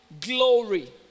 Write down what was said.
glory